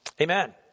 Amen